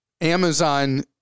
Amazon